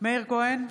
מאיר כהן,